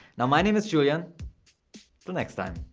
now, my name is julian til next time.